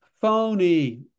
phony